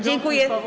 Dziękuję.